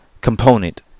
component